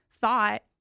thought